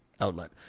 outlet